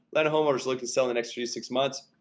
line of home or just looking to sell the next few six months